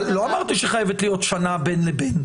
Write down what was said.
לא אמרתי שחייבת להיות שנה בין לבין.